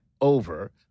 over